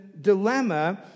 dilemma